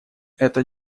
это